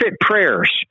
prayers